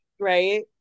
right